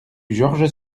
georges